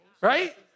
right